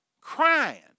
crying